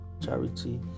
charity